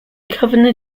governor